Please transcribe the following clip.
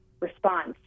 response